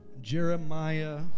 Jeremiah